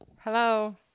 Hello